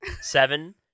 Seven